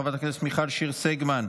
חברת הכנסת מיכל שיר סגמן,